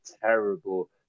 terrible